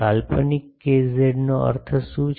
કાલ્પનિક કેઝેડનો અર્થ શું છે